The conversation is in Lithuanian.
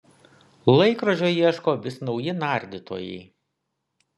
laikrodžio ieško vis nauji nardytojai